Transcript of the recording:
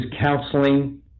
counseling